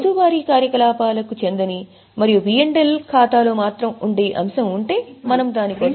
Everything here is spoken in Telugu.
రోజువారీ కార్యకలాపాలకు చందని మరియు పి ఎల్ లో మాత్రం ఉండే అంశం ఉంటే మనము దాని కోసం సర్దుబాటు చేస్తాము